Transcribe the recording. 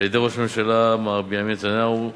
על-ידי ראש הממשלה, מר בנימין נתניהו,